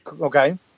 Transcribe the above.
okay